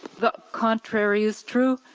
the contrary is true.